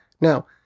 Now